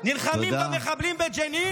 נלחמים במחבלים בג'נין,